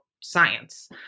science